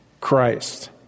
Christ